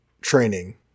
training